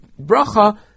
bracha